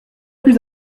plus